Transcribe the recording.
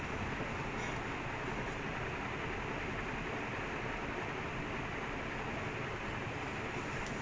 no plus no plus milan வந்து:vanthu until like finally the team is strong together like வந்த உடனே:vantha udanae is like